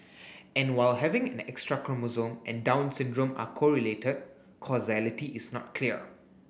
and while having an extra chromosome and Down syndrome are correlated causality is not clear